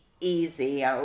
easy